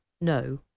no